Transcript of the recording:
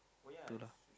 two lah